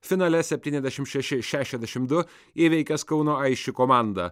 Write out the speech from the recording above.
finale septyniasdešim šeši šešiasdešim du įveikęs kauno aisčių komandą